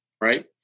right